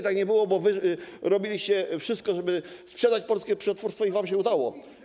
Tak nie było, bo wy robiliście wszystko, żeby sprzedać polskie przetwórstwo, i to wam się udało.